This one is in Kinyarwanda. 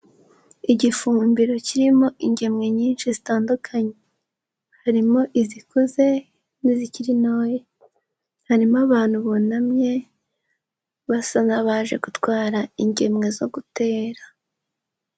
Igifumbiro kirimo ingemwe nyinshi zitandukanye. Harimo izikuze n'izikiri ntoya. Harimo abantu bunamye basa n'abaje gutwara ingemwe zo gutera.